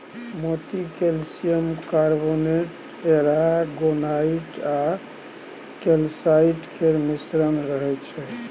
मोती calcium carbonate, aragonite आ calcite केर मिश्रण रहय छै